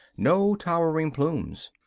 no towering plumes.